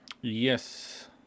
Yes